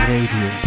Radio